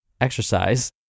exercise